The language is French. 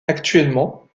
actuellement